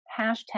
hashtag